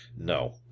No